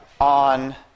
on